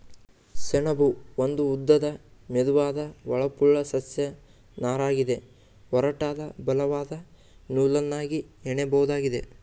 ಸೆಣಬು ಒಂದು ಉದ್ದದ ಮೆದುವಾದ ಹೊಳಪುಳ್ಳ ಸಸ್ಯ ನಾರಗಿದೆ ಒರಟಾದ ಬಲವಾದ ನೂಲನ್ನಾಗಿ ಹೆಣಿಬೋದಾಗಿದೆ